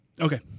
Okay